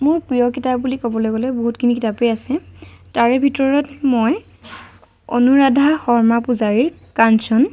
মোৰ প্ৰিয় কিতাপ বুলি ক'বলৈ গলে বহুতখিনি কিতাপেই আছে তাৰে ভিতৰত মই অনুৰাধা শৰ্মা পূজাৰীৰ কাঞ্চন